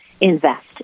invest